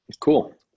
cool